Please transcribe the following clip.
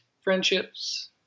friendships